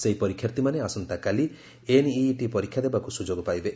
ସେହି ପରୀକ୍ଷାର୍ଥୀମାନେ ଆସନ୍ତାକାଲି ଏନ୍ଇଇଟି ପରୀକ୍ଷା ଦେବାକୁ ସୁଯୋଗ ପାଇବେ